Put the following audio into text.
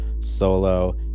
solo